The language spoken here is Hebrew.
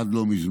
עד לא מזמן.